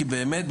כי באמת,